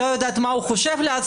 אני לא יודעת מה הוא חושב לעצמו,